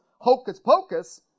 Hocus-pocus